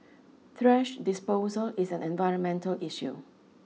trash disposal is an environmental issue